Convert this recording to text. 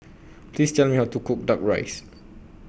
Please Tell Me How to Cook Duck Rice